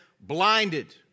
blinded